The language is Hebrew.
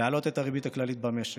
להעלות את הריבית הכללית במשק,